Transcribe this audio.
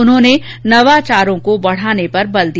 उन्होंने नवाचारों को बढ़ावा देने पर बल दिया